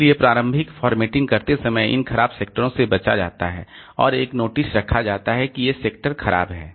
इसलिए प्रारंभिक फॉर्मेटिंग करते समय इन खराब सेक्टरों से बचा जाता है और एक नोटिस रखा जाता है कि ये खराब सेक्टर हैं